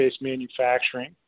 manufacturing